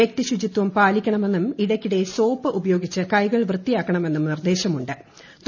വൃക്തി ശുചിത്വം പാലിക്കണമെന്നും ഇടയ്ക്കിടെ സോപ്പ് ഉപയോഗിച്ച് കൈകൾ വൃത്തിയാക്കണമെന്നും നിർദേശമു്